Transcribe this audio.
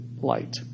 light